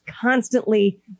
constantly